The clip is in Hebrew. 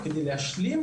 אנחנו נתכנס לקראת סיכום.